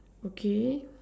okay